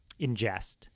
ingest